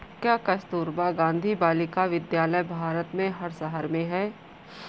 क्या कस्तूरबा गांधी बालिका विद्यालय भारत के हर शहर में है?